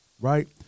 right